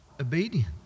Obedience